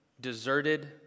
deserted